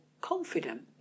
confident